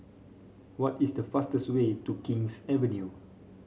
what is the fastest way to King's Avenue